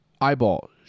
Eyeball